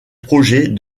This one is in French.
projet